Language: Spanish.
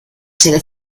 sede